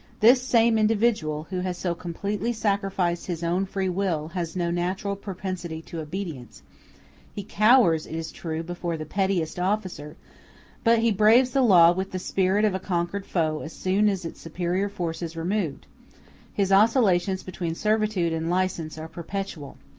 this same individual, who has so completely sacrificed his own free will, has no natural propensity to obedience he cowers, it is true, before the pettiest officer but he braves the law with the spirit of a conquered foe as soon as its superior force is removed his oscillations between servitude and license are perpetual.